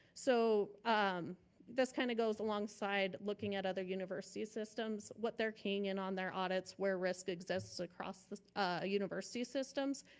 so thus kinda goes along side looking at other university systems, what they're keying in on their audits where risk exist across a ah university systems.